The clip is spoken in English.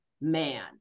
man